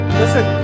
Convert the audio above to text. listen